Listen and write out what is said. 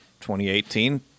2018